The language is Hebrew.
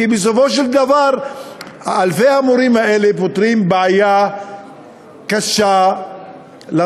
כי בסופו של דבר אלפי המורים האלה פותרים בעיה קשה למדינה.